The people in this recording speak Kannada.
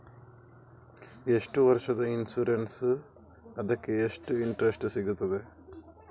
ಎಷ್ಟು ವರ್ಷದ ಇನ್ಸೂರೆನ್ಸ್ ಅದಕ್ಕೆ ಎಷ್ಟು ಇಂಟ್ರೆಸ್ಟ್ ಸಿಗುತ್ತದೆ?